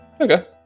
Okay